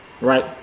right